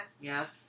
Yes